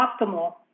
optimal